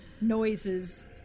noises